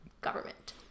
government